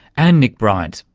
and nick bryant,